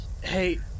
Hey